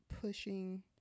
pushing